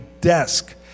desk